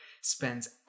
spends